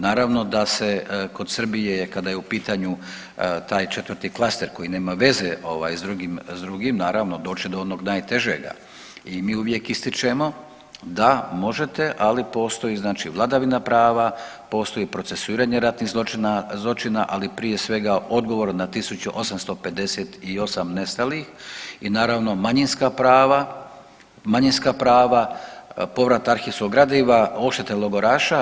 Naravno da se kod Srbije kada je u pitanju taj 4. Klaster koji nema veze ovaj s drugim, s drugim naravno doći do onog najtežega i mi uvijek ističemo da možete, ali postoji znači vladavina prava, postoji procesuiranje ratnih zločina, ali prije svega odgovora na 1858 nestalih i naravno manjinska prava, manjinska prava, povrat ahrivskog gradiva, odštete logoraša.